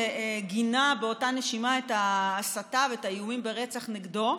שגינה באותה נשימה את ההסתה ואת האיומים ברצח נגדו.